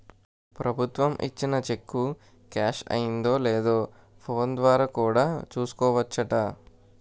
ప్రభుత్వం ఇచ్చిన cheque cash అయిందో లేదో ఫోన్ ద్వారా కూడా చూసుకోవచ్చట